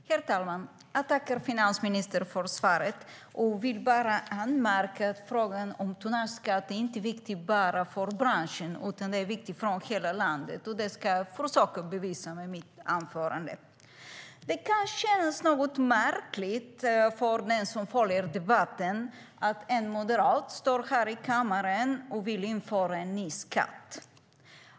Herr talman! Jag tackar finansministern för svaret. Jag vill bara påpeka att frågan om tonnageskatt är viktig, inte bara för branschen, utan den är viktig för hela landet. Det ska jag visa med mitt anförande. För den som följer debatten kan det kännas något märkligt att en moderat vill införa en ny skatt.